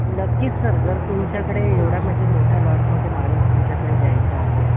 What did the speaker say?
नक्कीच सर जर तुमच्याकडे एवढा म्हणजे मोठ्या लॉटमध्ये माल तुमच्याकडे द्यायचा असेल